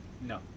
No